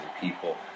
people